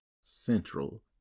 Central